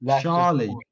Charlie